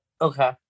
okay